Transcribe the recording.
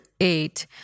eight